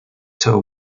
toe